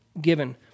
given